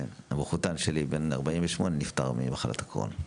המחותן שלי נפטר בגיל 48 ממחלת הקרוהן,